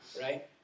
Right